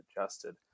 adjusted